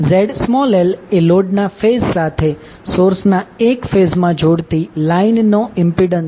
• Zl એ લોડના phase સાથે સોર્સના એક ફેઝમાં જોડતી લાઇનની ઇમ્પિડન્સ છે